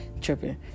tripping